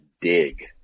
dig